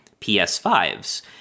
PS5s